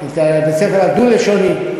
את בית הספר הדו-לשוני.